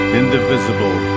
indivisible